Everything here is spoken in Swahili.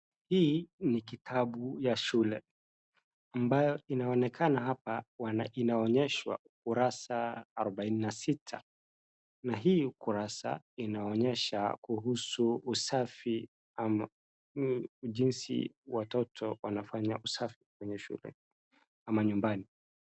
Hii ni kitabu ya shule ambayo inaonekana hapa wana inaonyeshwa ukurasa arubaini na sita na hii ukurasa inaonyesha kuhusu usafi ama jinsi watoto wanafanya usafi kwenye shule ama nyumbani.